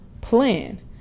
plan